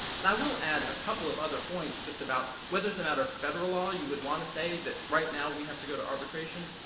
and i will add a couple of other points just about whether, as a matter of federal law, you would want to say that right now we have to go to arbitration.